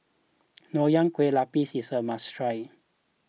Nonya Kueh Lapis is a must try